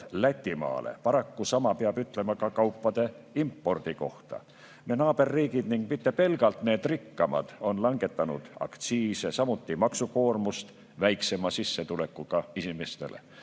Lätimaale. Paraku peab sama ütlema kaupade impordi kohta. Meie naaberriigid, ning mitte pelgalt need rikkamad, on langetanud aktsiise, samuti [vähendanud] väiksema sissetulekuga inimeste